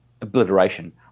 Obliteration